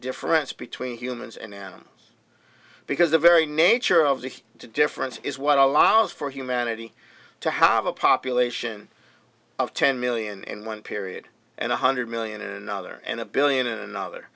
difference between humans and them because the very nature of the difference is what allows for humanity to have a population of ten million in one period and a hundred million another and a billion another